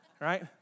right